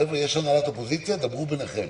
חבר'ה, יש הנהלת אופוזיציה, דברו ביניכם.